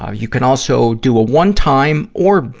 ah you can also do a one-time or, be,